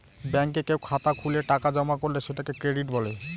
ব্যাঙ্কে কেউ খাতা খুলে টাকা জমা করলে সেটাকে ক্রেডিট বলে